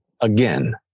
again